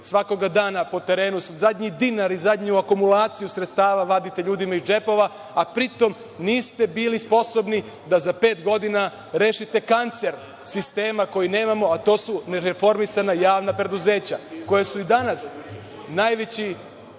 svakog dana po terenu, zadnji dinar i zadnju akumulaciju sredstava vadite ljudima iz džepova a pri tom, niste bili sposobni da za pet godina rešite kancer sistema koji nemamo a to su nereformisana javna preduzeća koja su i danas najveći